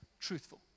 truthful